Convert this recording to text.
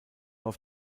auf